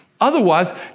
Otherwise